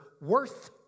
worth